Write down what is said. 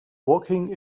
walking